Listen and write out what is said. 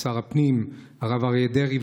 לשר הפנים הרב אריה דרעי,